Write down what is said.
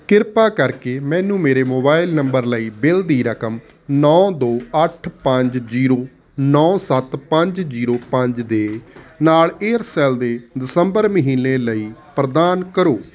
ਕਿਰਪਾ ਕਰਕੇ ਮੈਨੂੰ ਮੇਰੇ ਮੋਬਾਈਲ ਨੰਬਰ ਲਈ ਬਿੱਲ ਦੀ ਰਕਮ ਨੌਂ ਦੋ ਅੱਠ ਪੰਜ ਜੀਰੋ ਨੌਂ ਸੱਤ ਪੰਜ ਜੀਰੋ ਪੰਜ ਦੇ ਨਾਲ ਏਅਰਸੈਲ ਦੇ ਦਸੰਬਰ ਮਹੀਨੇ ਲਈ ਪ੍ਰਦਾਨ ਕਰੋ